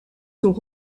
sont